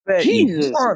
Jesus